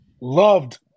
loved